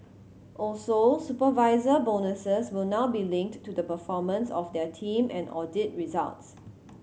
also supervisor bonuses will now be linked to the performance of their team and audit results